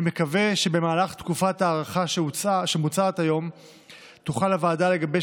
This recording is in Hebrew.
אני מקווה שבמהלך תקופת ההארכה שמבוצעת היום תוכל הוועדה לגבש